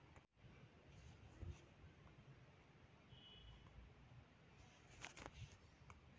NEFT सेवा निःशुल्क आहे का?